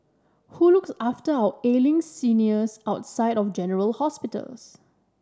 who looks after our ailing seniors outside of general hospitals